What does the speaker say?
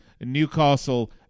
Newcastle